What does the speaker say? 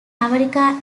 america